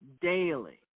daily